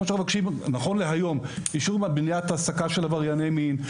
כמו שאנחנו מבקשים נכון להיום אישור למניעת העסקת עברייני מין,